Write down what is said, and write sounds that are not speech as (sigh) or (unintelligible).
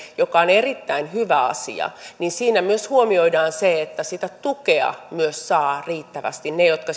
joka on erittäin hyvä asia myös huomioidaan se että sitä tukea myös saavat riittävästi ne jotka (unintelligible)